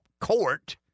court